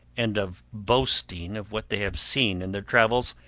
and of boasting of what they have seen in their travels,